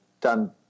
done